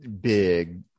big